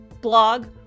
blog